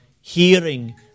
hearing